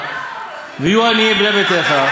ויהיו עניים בני ביתך,